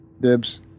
Dibs